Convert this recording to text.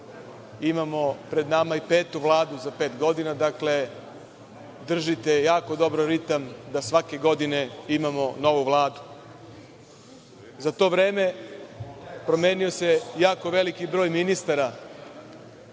Imamo pred nama i petu Vladu za pet godina. Dakle, držite jako dobro ritam da svake godine imamo novu vladu. Za to vreme promenio se jako veliki broj ministara.